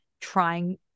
trying